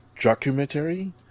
documentary